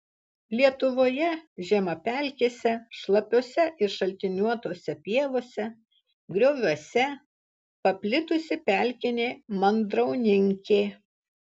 lietuvoje žemapelkėse šlapiose ir šaltiniuotose pievose grioviuose paplitusi pelkinė mandrauninkė